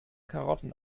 karotten